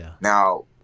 Now